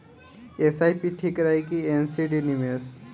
SIP ठीक रही कि एन.सी.डी निवेश?